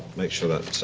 make sure that